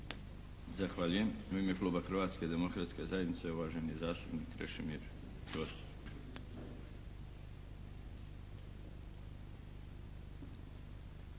Zahvaljujem. U ime kluba Hrvatske demokratske zajednice, uvaženi zastupnik Krešimir Ćosić.